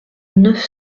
neuf